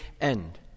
end